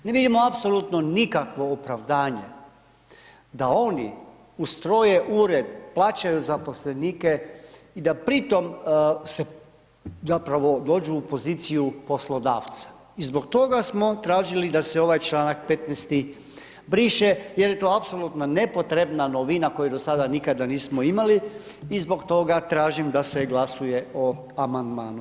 Ne vidimo apsolutno nikakvo opravdanje da oni ustroje ured, plaćaju zaposlenike i da pri tome se, zapravo dođu u poziciju poslodavca i zbog toga smo tražili da se ovaj čl. 15. briše jer je to apsolutno nepotrebna novina koju do sada nikada nismo imali i zbog toga tražim da se glasuje o amandmanu.